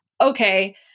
Okay